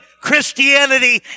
Christianity